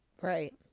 right